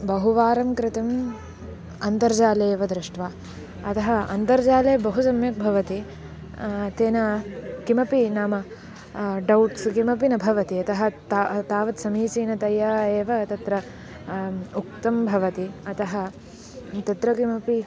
बहुवारं कृतम् अन्तर्जाले एव दृष्ट्वा अतः अन्तर्जाले बहु सम्यक् भवति तेन किमपि नाम डौट्स् किमपि न भवति यतः ता तावत् समीचीनतया एव तत्र उक्तं भवति अतः तत्र किमपि